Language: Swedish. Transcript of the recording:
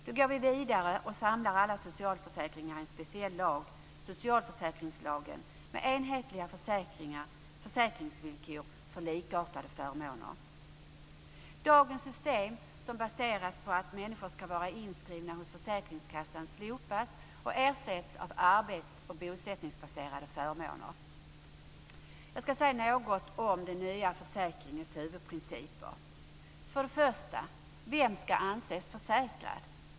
Nu går vi vidare och samlar alla socialförsäkringar i en speciell lag, socialförsäkringslagen, med enhetliga försäkringsvillkor för likartade förmåner. Dagens system, som baseras på att människor ska vara inskrivna hos försäkringskassan, slopas och ersätts av arbets och bosättningsbaserade förmåner. Jag ska säga något om den nya försäkringens huvudprinciper. För det första: Vem ska anses vara försäkrad?